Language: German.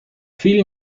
vielen